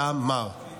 טעם מר.